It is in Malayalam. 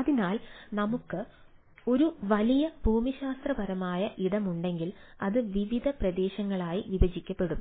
അതിനാൽ നമുക്ക് ഒരു വലിയ ഭൂമിശാസ്ത്രപരമായ ഇടമുണ്ടെങ്കിൽ അത് വിവിധ പ്രദേശങ്ങളായി വിഭജിക്കപ്പെടും